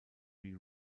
wie